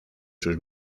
sus